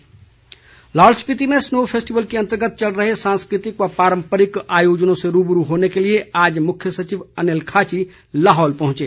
snow festival Lahaul Spiti में snow festival के अंतर्गत चल रहे सांस्कृतिक व पारंपरिक आयोजनों से रूबरू होने के लिए आज मुख्य सचिव अनिल खाची लाहौल पहुंचे